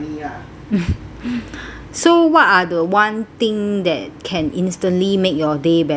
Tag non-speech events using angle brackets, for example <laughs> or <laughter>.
<laughs> so what are the one thing that can instantly make your day better